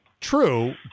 True